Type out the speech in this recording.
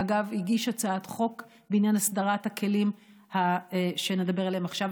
שאגב הגיש הצעת חוק בעניין הסדרת הכלים שנדבר עליהם עכשיו,